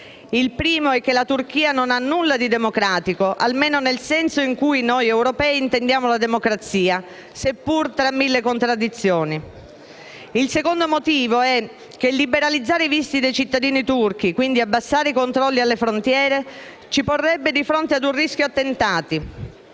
il primo è che la Turchia non ha nulla di democratico, almeno nel senso in cui noi europei intendiamo la democrazia, seppur tra mille contraddizioni. Il secondo motivo è che liberalizzare i visti dei cittadini turchi, e quindi abbassare i controlli alle frontiere, ci porrebbe di fronte ad un rischio attentati.